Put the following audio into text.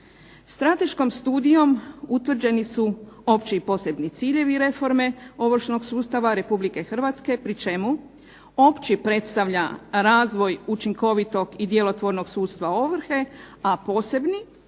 Strateškom studijom utvrđeni su opći i posebni ciljevi reforme ovršnih sudova Republike Hrvatske pri čemu opći predstavlja razvoj učinkovitog i djelotvornog sudstva ovrhe, a posebni